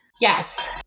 Yes